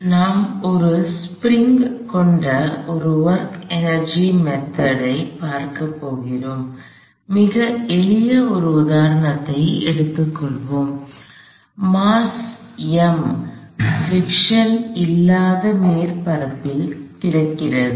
எனவே நாம் ஒரு ஸ்பிரிங் கொண்ட ஒரு ஒர்க் எனர்ஜி மெத்தெட்ஸ் ஐ பார்க்கப் போகிறோம் மிக எளிய ஒரு உதாரணத்தை எடுத்துக் கொள்வோம் மாஸ் m பிரிக்ஷின் frictionஉராய்வு இல்லாத மேற்பரப்பில் கிடக்கிறது